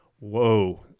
whoa